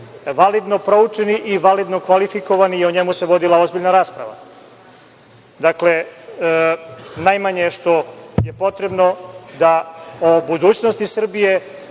validno proučeni i validno kvalifikovani i o njemu se vodila ozbiljna rasprava. Dakle, najmanje što je potrebno da o budućnosti Srbije,